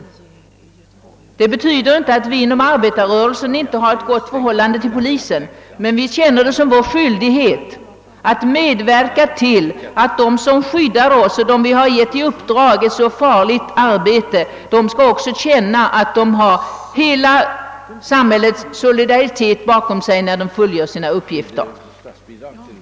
Det betyder inte att vi inom arbetarrörelsen inte har ett gott förhållande till polisen. Tvärtom känner vi det som vår skyldighet att medverka till att de, åt vilka vi har uppdragit ett så farligt arbete, också skall märka att de har hela samhället solidariskt bakom sig när de fullgör sin uppgift att skydda oss.